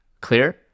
clear